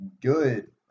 good